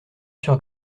sur